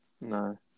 No